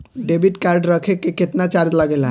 Debit card रखे के केतना चार्ज लगेला?